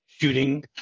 shooting